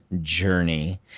journey